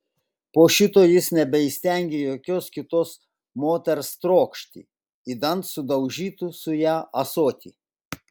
po šito jis nebeįstengė jokios kitos moters trokšti idant sudaužytų su ja ąsotį